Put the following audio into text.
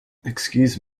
excuse